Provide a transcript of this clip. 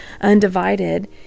undivided